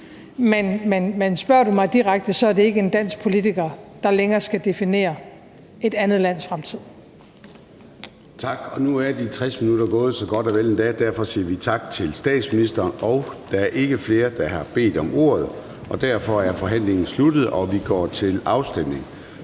Men spørger du mig direkte, er det ikke en dansk politiker, der længere skal definere et andet lands fremtid.